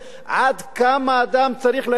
עד כמה אדם צריך להגיע,